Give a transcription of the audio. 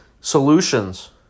solutions